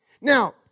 Now